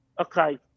Okay